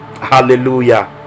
hallelujah